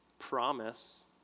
promise